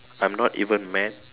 I'm not even mad